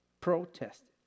protested